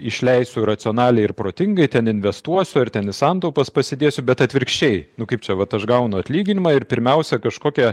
išleisiu racionaliai ir protingai ten investuosiu ar ten į santaupas pasėdėsiu bet atvirkščiai nu kaip čia vat aš gaunu atlyginimą ir pirmiausia kažkokią